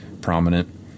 prominent